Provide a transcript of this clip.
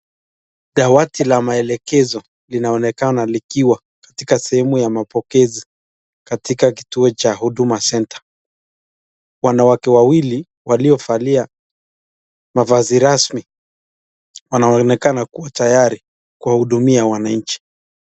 Dawati la maelekezo linaonekana likiwa katika sehemu ya mapokezi katika kituo cha Huduma Center. Wanawake wawili waliovalia mavazi rasmi wanaonekana kuwa tayari kuwahudumia wananchi.